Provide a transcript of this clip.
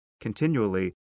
continually